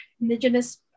Indigenous